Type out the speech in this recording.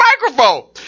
microphone